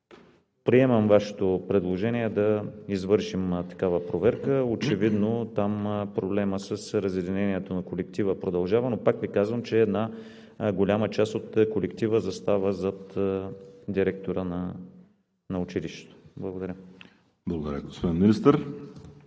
Приемам Вашето предложение да извършим такава проверка. Очевидно там проблемът с разединението на колектива продължава, но, пак Ви казвам, че една голяма част от колектива застава зад директора на училището. Благодаря. ПРЕДСЕДАТЕЛ ВАЛЕРИ